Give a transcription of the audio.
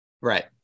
Right